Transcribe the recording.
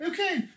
Okay